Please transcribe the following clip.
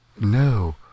No